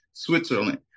Switzerland